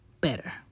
better